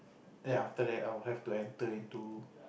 then after that I would have to enter into